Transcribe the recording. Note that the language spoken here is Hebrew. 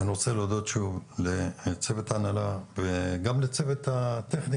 אני רוצה להודות שוב לצוות ההנהלה וגם לצוות הטכני